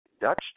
Dutch